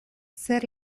zer